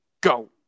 go